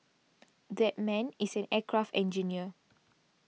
that man is an aircraft engineer